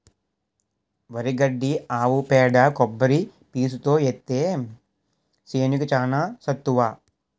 వరి గడ్డి ఆవు పేడ కొబ్బరి పీసుతో ఏత్తే సేనుకి చానా సత్తువ